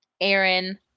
Aaron